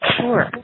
Sure